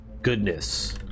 goodness